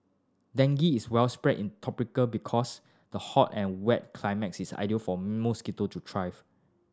dengue is widespread in tropic because the hot and wet climate is ideal for mosquito to thrive